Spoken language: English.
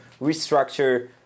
restructure